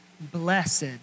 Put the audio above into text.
blessed